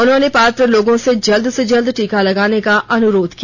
उन्होंने पात्र लोगों से जल्द से जल्द टीका लगाने का अनुरोध किया